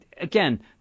again